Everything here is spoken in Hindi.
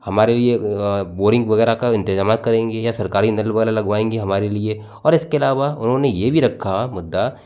हमारे लिए बोरिंग वगैरह का इंतजामात करेंगे या सरकारी नल वगैरह लगवाएंगे हमारे लिए और इसके अलावा उन्होंने यह भी रखा मुद्दा